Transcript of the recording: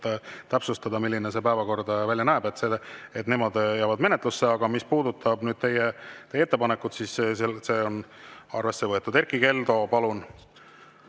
täpsustada, milline see päevakord välja näeb, need jäävad menetlusse. Aga mis puudutab teie ettepanekut, siis see on arvesse võetud. Erkki Keldo, palun,